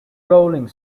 rolling